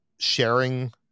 sharing